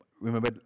remember